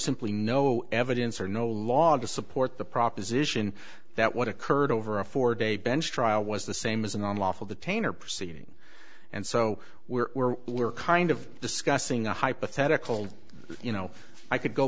simply no evidence or no law to support the proposition that what occurred over a four day bench trial was the same as an on lawful detain or proceeding and so we're kind of discussing a hypothetical you know i could go